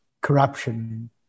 corruption